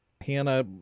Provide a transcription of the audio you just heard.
Hannah